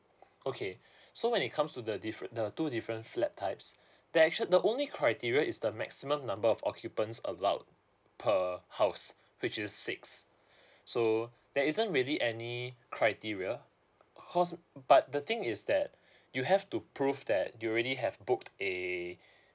okay so when it comes to the different the two different flat types there actual the only criteria is the maximum number of occupants allowed per house which is six so there isn't really any criteria cause but the thing is that you have to prove that you already have booked a